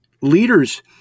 leaders